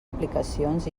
aplicacions